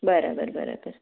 બરાબર બરાબર